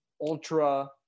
ultra